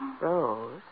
Rose